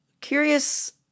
curious